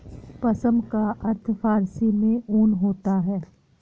पश्म का अर्थ फारसी में ऊन होता है